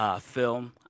film